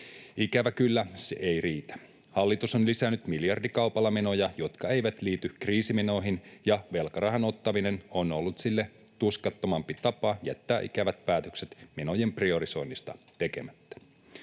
Ikävä kyllä tämä ei riitä. Hallitus on lisännyt miljardikaupalla menoja, jotka eivät liity kriisimenoihin, ja velkarahan ottaminen on ollut sille tuskattomampi tapa jättää ikävät päätökset menojen priorisoinnista tekemättä.